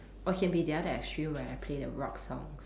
or it can be the other extreme where I play the rock songs